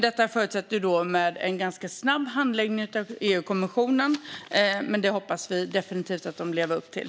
Detta förutsätter en ganska snabb handläggning av EU-kommissionen. Det hoppas vi definitivt att den lever upp till.